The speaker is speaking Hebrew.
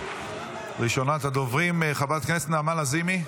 ראשונת הדוברים, חברת הכנסת נעמה לזימי,